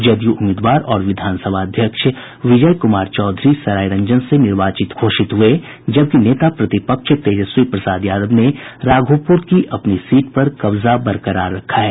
जदयू उम्मीदवार और विधानसभा अध्यक्ष विजय कुमार चौधरी सरायरंजन से निर्वाचित हो गये हैं जबकि नेता प्रतिपक्ष तेजस्वी प्रसाद यादव ने राघोपुर की अपनी सीट पर कब्जा बरकरार रखा है